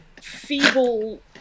feeble